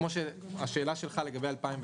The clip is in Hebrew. הוא כמו השאלה שלך לגבי 2009,